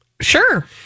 Sure